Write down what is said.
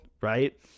right